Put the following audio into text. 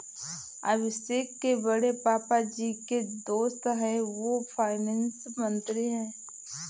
अभिषेक के बड़े पापा जी के जो दोस्त है वो फाइनेंस मंत्री है